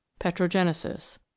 Petrogenesis